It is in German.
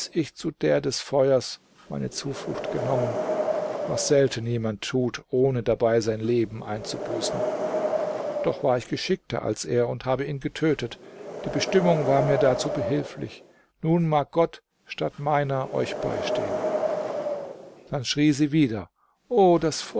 ich zu der des feuers meine zuflucht genommen was selten jemand tut ohne dabei sein leben einzubüßen doch war ich geschickter als er und habe ihn getötet die bestimmung war mir dazu behilflich nun mag gott statt meiner euch beistehen dann schrie sie wieder o das